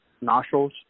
nostrils